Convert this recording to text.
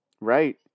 Right